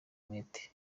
umwete